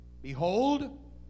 Behold